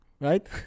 right